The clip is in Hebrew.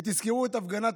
תזכרו את הפגנת